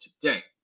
today